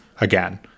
again